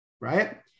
right